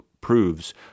proves